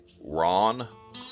Ron